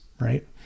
right